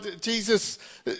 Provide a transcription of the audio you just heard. Jesus